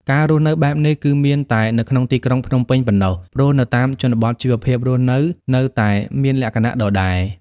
ការរស់នៅបែបនេះគឺមានតែនៅក្នុងទីក្រុងភ្នំពេញប៉ុណ្ណោះ ព្រោះនៅតាមជនបទជីវភាពរស់នៅនៅតែមានលក្ខណៈដដែល។